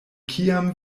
kiam